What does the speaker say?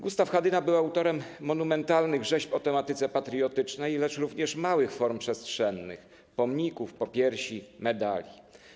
Gustaw Hadyna był autorem monumentalnych rzeźb o tematyce patriotycznej, lecz również małych form przestrzennych, pomników, popiersi, medali.